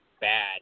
bad